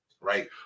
Right